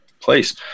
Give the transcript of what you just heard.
place